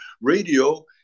radio